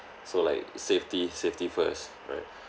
so like safety safety first right